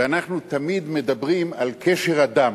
ואנחנו תמיד מדברים על קשר הדם.